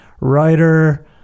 writer